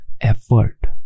effort